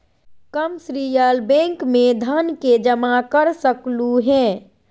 commercial bank में धन के जमा कर सकलु हें